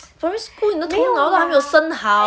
primary school 头脑都还没有生好